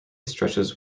stretches